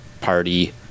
party